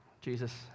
Jesus